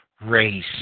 Race